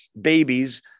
babies